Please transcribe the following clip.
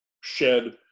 shed